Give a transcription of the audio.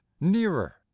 nearer